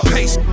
Pace